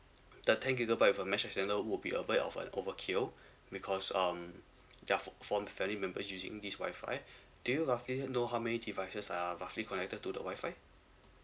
the ten gigabyte with a mesh extender would be a bit of an overkill because um just for family members using this Wi-Fi do you roughly know how many devices are roughly connected to the Wi-Fi